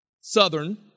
Southern